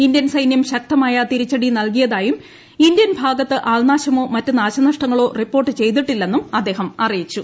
Indian സൈന്യം ശക്തമായ തിരിച്ചടി നൽകിയതായും ഇന്ത്യൻ ഭാഗത്ത് ആൾനാശമോ മറ്റ് നാശനഷ്ടങ്ങളോ റിപ്പോർട്ട് ചെയ്തിട്ടില്ലെന്നും അദ്ദേഹം പറഞ്ഞു